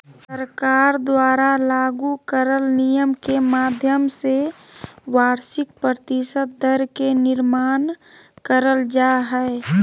सरकार द्वारा लागू करल नियम के माध्यम से वार्षिक प्रतिशत दर के निर्माण करल जा हय